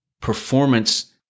Performance